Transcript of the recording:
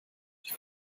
die